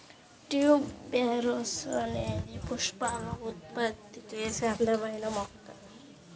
tuberose అనేది పుష్పాలను ఉత్పత్తి చేసే అందమైన మొక్క